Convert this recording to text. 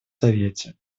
совете